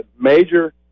major